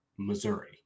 Missouri